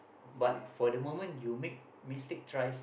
but for the moment you make mistake thrice